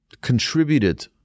contributed